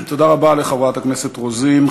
תודה רבה לחברת הכנסת רוזין.